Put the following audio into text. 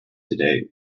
today